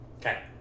Okay